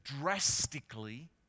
drastically